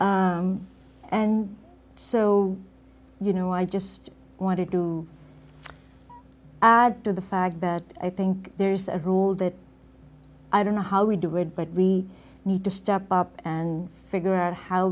d and so you know i just wanted to add to the fact that i think there's a rule that i don't know how we do it but we need to step up and figure out how